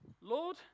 Lord